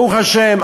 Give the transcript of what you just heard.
ברוך השם,